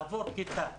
לעבור כיתה.